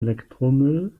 elektromüll